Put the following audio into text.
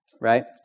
right